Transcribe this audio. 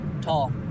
tall